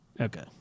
okay